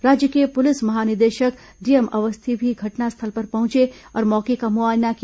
राज्य के पुलिस महानिदेशक डीएम अवस्थी भी घटनास्थल पर पहुंचे और मौके पर मुआयना किया